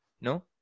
No